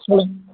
சொல்லு